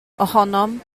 ohonom